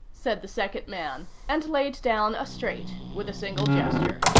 said the second man, and laid down a straight with a single gesture.